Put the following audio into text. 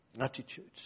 attitudes